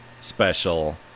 special